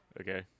okay